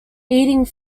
eating